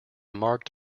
marked